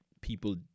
people